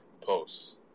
posts